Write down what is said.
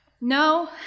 No